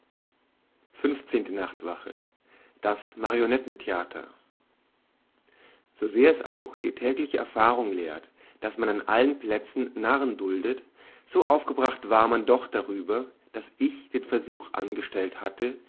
funfzehnte nachtwache so sehr es auch die tägliche erfahrung lehrt daß man an allen plätzen narren duldet so aufgebracht war man doch darüber daß ich den versuch angestellt hatte